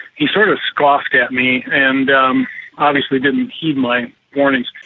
he sort of scoffed at me and um obviously didn't heed my warnings.